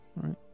right